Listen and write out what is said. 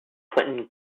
clinton